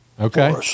Okay